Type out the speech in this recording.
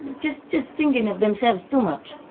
just just thinking of themselves too much.